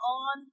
on